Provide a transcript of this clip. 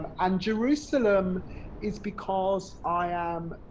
um and jerusalem is because i am,